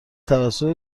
توسط